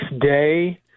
day